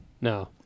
No